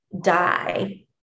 die